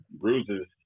bruises